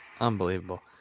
Unbelievable